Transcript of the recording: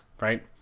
Right